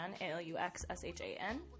A-L-U-X-S-H-A-N